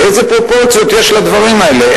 איזה פרופורציות יש לדברים האלה?